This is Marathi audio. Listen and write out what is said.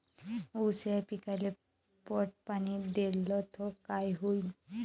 ऊस या पिकाले पट पाणी देल्ल तर काय होईन?